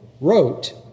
wrote